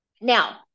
Now